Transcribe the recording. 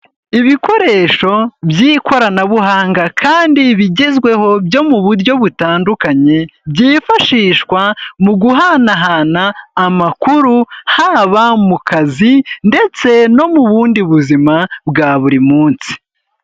Ibikoresho by'ikoranabuhanga kandi bigezweho byo mu buryo butandukanye byifashishwa mu guhanahana amakuru, haba mu kazi ndetse no mu bundi buzima bwa buri munsi.